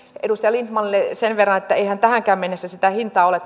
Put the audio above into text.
edustaja lindtmanille sen verran että eihän tähänkään mennessä sitä hintaa ole